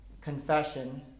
confession